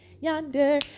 yonder